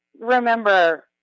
remember